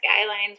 skylines